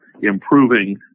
improving